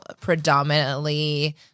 predominantly